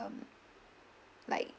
um like